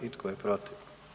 I tko je protiv?